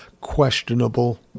questionable